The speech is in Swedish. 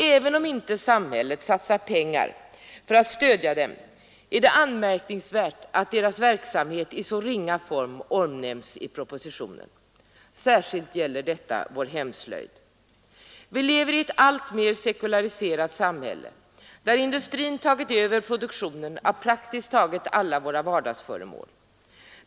Även om inte samhället satsar pengar för att stödja dessa sammanslutningar är det anmärkningsvärt att deras verksamhet i så ringa form omnämns i propositionen. Särskilt gäller detta vår hemslöjd. Vi lever i ett alltmer sekulariserat samhälle, där industrin tagit över produktionen av praktiskt taget alla våra vardagsföremål.